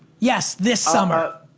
yes, this summer?